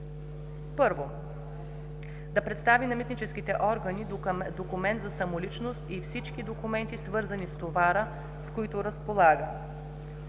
1. да представи на митническите органи документ за самоличност и всички документи, свързани с товара, с които разполага;